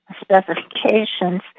specifications